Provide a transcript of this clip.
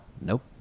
nope